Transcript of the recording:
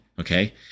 okay